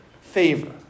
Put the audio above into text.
favor